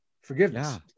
forgiveness